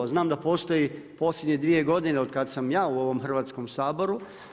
Znam da postoji posljednje dvije godine od kad sam ja u ovom Hrvatskom saboru.